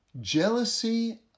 jealousy